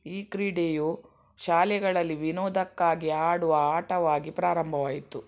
ಈ ಕ್ರೀಡೆಯು ಶಾಲೆಗಳಲ್ಲಿ ವಿನೋದಕ್ಕಾಗಿ ಆಡುವ ಆಟವಾಗಿ ಪ್ರಾರಂಭವಾಯಿತು